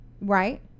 Right